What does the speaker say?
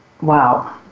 wow